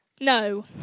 no